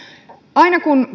aina kun